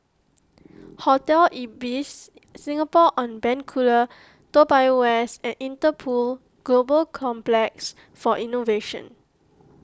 Hotel Ibis Singapore on Bencoolen Toa Payoh West and Interpol Global Complex for Innovation